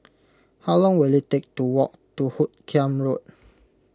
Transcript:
how long will it take to walk to Hoot Kiam Road